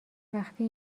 وقتی